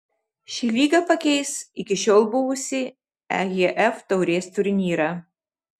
ši lyga pakeis iki šiol buvusį ehf taurės turnyrą